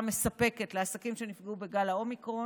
מספקת לעסקים שנפגעו בגל האומיקרון.